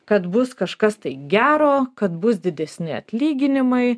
kad bus kažkas tai gero kad bus didesni atlyginimai